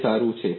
એ સારું છે